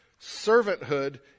Servanthood